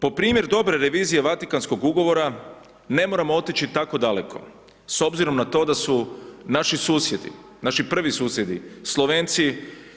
Po primjer dobre revizije Vatikanskog ugovora ne moramo otići tako daleko s obzirom da su naši susjedi, naši prvi susjedi Slovenci